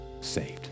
saved